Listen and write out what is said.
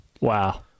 Wow